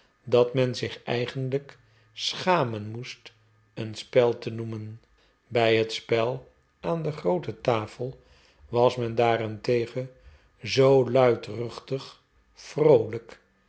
dat men zich eigenlijk schamen moest een spel te noemen bij het spel aan de groote tafel was men daarentegen zoo luidruchtig vroolijk